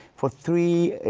for three,